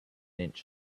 inch